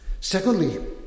Secondly